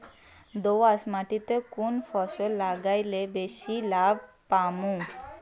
দোয়াস মাটিতে কুন ফসল লাগাইলে বেশি লাভ পামু?